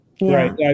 Right